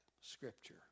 scripture